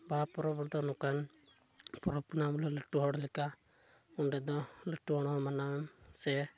ᱵᱟᱦᱟ ᱯᱚᱨᱚᱵᱽ ᱨᱮᱫᱚ ᱱᱚᱝᱠᱟᱱ ᱯᱚᱨᱚᱵᱽ ᱠᱟᱱᱟ ᱵᱚᱞᱮ ᱞᱟᱹᱴᱩ ᱦᱚᱲ ᱞᱮᱠᱟ ᱚᱸᱰᱮ ᱫᱚ ᱞᱟᱹᱴᱩ ᱦᱚᱲ ᱦᱚᱸ ᱢᱟᱱᱟᱣᱮᱢ ᱥᱮ